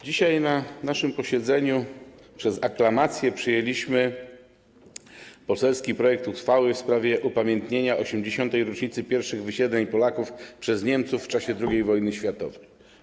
Dzisiaj na naszym posiedzeniu przyjęliśmy przez aklamację poselski projekt uchwały w sprawie upamiętnienia 80. rocznicy pierwszych wysiedleń Polaków przez Niemców w czasie II wojny światowej.